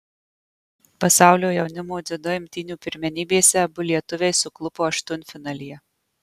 pasaulio jaunimo dziudo imtynių pirmenybėse abu lietuviai suklupo aštuntfinalyje